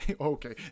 okay